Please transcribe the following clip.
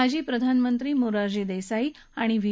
माजी प्रधानमंत्री मोरारजी देसाई आणि व्हि